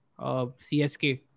CSK